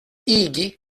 igi